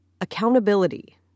Accountability